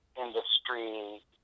industry